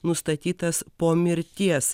nustatytas po mirties